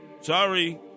Sorry